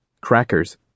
crackers